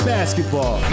Basketball